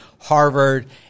Harvard